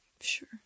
sure